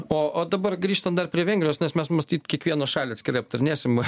o o dabar grįžtant dar prie vengrijos nes mes matyt kiekvieną šalį atskirai aptarinėsim